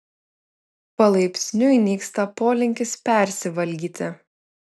palaipsniui nyksta polinkis persivalgyti